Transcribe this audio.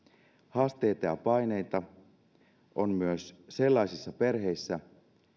haasteita ja paineita on myös sellaisissa perheissä